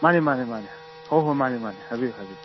ꯃꯥꯅꯦ ꯃꯥꯅꯦ ꯃꯥꯅꯦ ꯍꯣ ꯍꯣꯏ ꯃꯥꯅꯦ ꯃꯥꯅꯦ ꯍꯥꯏꯕꯤꯌꯨ ꯍꯥꯏꯕꯤꯌꯨ